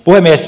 puhemies